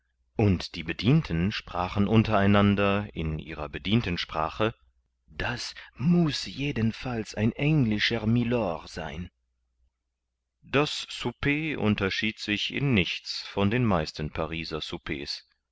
und die bedienten sprachen unter einander in ihrer bedientensprache das muß jedenfalls ein englischer mylord sein das souper unterschied sich in nichts von den meisten pariser